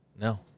No